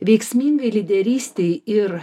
veiksmingai lyderystei ir